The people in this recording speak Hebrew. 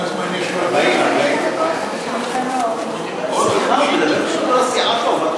40. כמה זמן יש לו עכשיו?